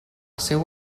seu